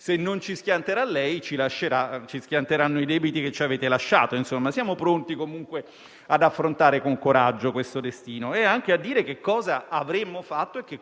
Intanto vorrei ricordare il tema della pace fiscale. Dobbiamo pure porci il problema di cosa fare, quando non sarà più possibile rinviare e una proposta ce l'abbiamo: